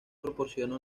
proporciona